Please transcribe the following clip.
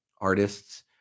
artists